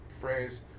phrase